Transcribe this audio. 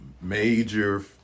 major